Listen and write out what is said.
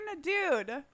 dude